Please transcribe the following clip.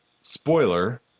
spoiler